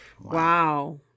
Wow